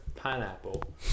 Pineapple